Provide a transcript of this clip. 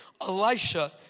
Elisha